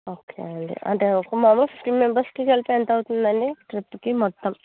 okay అండి అంటే ఒక మాములుగా ఫిఫ్టీన్ మెంబెర్స్కి ఎంత అవుతుంది అండి ట్రిప్కి మొత్తం